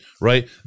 right